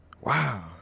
Wow